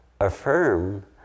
affirm